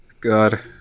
God